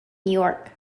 york